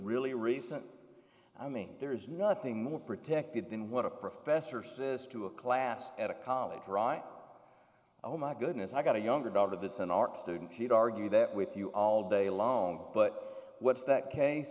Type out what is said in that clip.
really recent i mean there is nothing more protected than what a professor says to a class at a college right oh my goodness i've got a younger daughter that's an art student she'd argue that with you all day alone but what's that case